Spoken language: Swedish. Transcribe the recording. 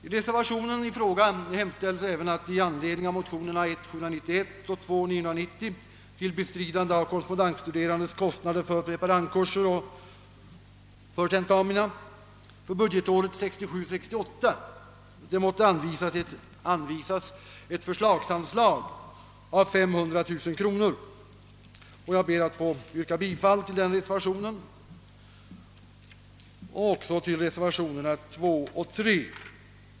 I reservationen i fråga hemställs Jag ber att få yrka bifall till denna reservation liksom också till reservationerna 2 och 3.